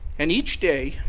and each day,